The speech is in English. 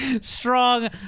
Strong